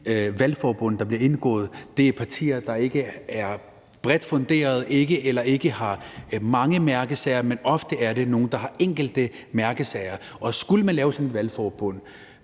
valgforbund, der bliver indgået, er mellem partier, der ikke er bredt funderet, eller som ikke har mange mærkesager, men at det ofte er nogle, der har enkelte mærkesager. Og skulle de lave sådan et valgforbund